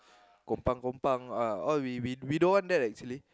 kompang kompang ah all we we don't want that actually